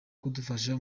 kudufasha